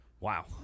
Wow